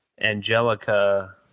Angelica